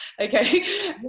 okay